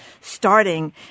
starting